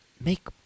make